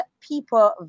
people